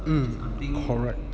mm correct